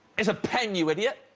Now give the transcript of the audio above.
it's a pen you idiot